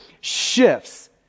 shifts